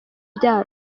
byacu